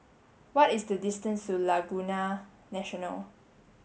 what is the distance to Laguna National